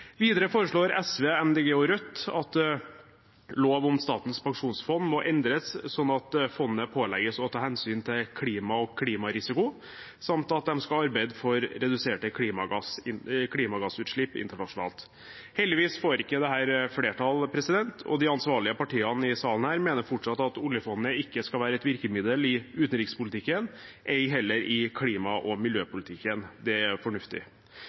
Videre foreslår SV, Miljøpartiet De Grønne og Rødt at lov om Statens pensjonsfond må endres slik at fondet pålegges å ta hensyn til klima og klimarisiko, samt at det skal arbeide for reduserte klimagassutslipp internasjonalt. Heldigvis får ikke dette flertall, og de ansvarlige partiene i denne salen mener fortsatt at oljefondet ikke skal være et virkemiddel i utenrikspolitikken, ei heller i klima- og miljøpolitikken. Det er fornuftig.